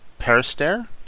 Perister